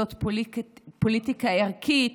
זאת פוליטיקה ערכית,